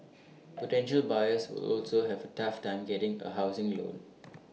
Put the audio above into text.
potential buyers will also have A tough time getting A housing loan